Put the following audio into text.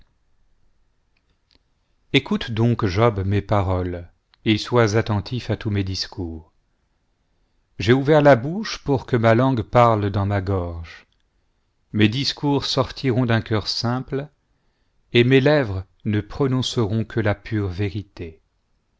écoute donc job mes paroles et sois attentif à tous mes discours j'ai ouvert la bouche pour que ma langue parle dans ma gorge mes discours sortiront d'un cœur simple et mes lèvres ne prononceront que la pure vérité